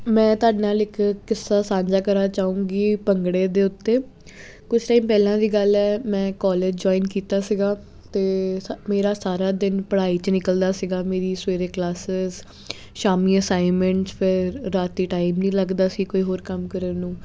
ਮੈਂ ਤੁਹਾਡੇ ਨਾਲ ਇੱਕ ਕਿੱਸਾ ਸਾਂਝਾ ਕਰਨਾ ਚਾਹੂੰਗੀ ਭੰਗੜੇ ਦੇ ਉੱਤੇ ਕੁਛ ਟਾਈਮ ਪਹਿਲਾਂ ਦੀ ਗੱਲ ਮੈਂ ਕਾਲਜ ਜੁਆਇਨ ਕੀਤਾ ਸੀਗਾ ਅਤੇ ਮੇਰਾ ਸਾਰਾ ਦਿਨ ਪੜ੍ਹਾਈ 'ਚ ਨਿਕਲਦਾ ਸੀਗਾ ਮੇਰੀ ਸਵੇਰੇ ਕਲਾਸ ਸ਼ਾਮੀ ਅਸਾਈਨਮੈਂਟ ਫਿਰ ਰਾਤੀ ਟਾਈਮ ਨਹੀਂ ਲੱਗਦਾ ਸੀ ਕੋਈ ਹੋਰ ਕੰਮ ਕਰਨ ਨੂੰ